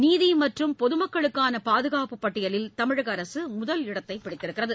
நீதி மற்றும் பொதுமக்களுக்கான பாதுகாப்பு பட்டியலில் தமிழக அரசு முதல் இடத்தைப் பிடித்துள்ளது